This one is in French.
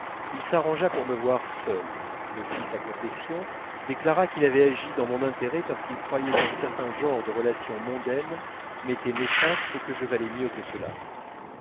il s'arrangea pour me voir seul me fit sa confession déclara qu'il avait agi dans mon intérêt parce qu'il croyait qu'un certain genre de relations mondaines m'était néfaste et que je valais mieux que cela